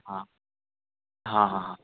हाँ हाँ हाँ हाँ